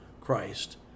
Christ